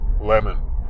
Lemon